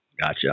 Gotcha